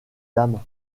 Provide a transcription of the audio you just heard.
dames